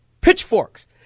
Pitchforks